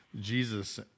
Jesus